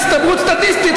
הסתברות סטטיסטית,